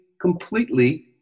completely